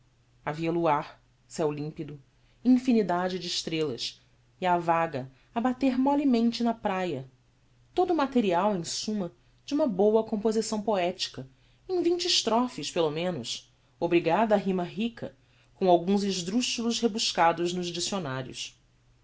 luar ceu limpido infinidade de estrellas e a vaga a bater mollemente na praia todo o material em summa de uma boa composição poetica em vinte estrophes pelo menos obrigada a rima rica com alguns exdruxulos rebuscados nos diccionarios